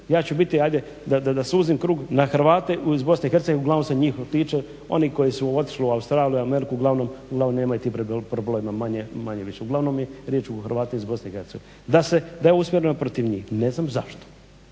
ja ću biti hajde da suzim krug na Hrvate iz Bosne i Hercegovine uglavnom se njih tiče oni koji su otišli u Australiju, Ameriku uglavnom nemaju tih problema. Manje-više, uglavnom je riječ o Hrvatima iz Bosne i Hercegovine da je usmjereno protiv njih. Ne znam zašto.